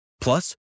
Plus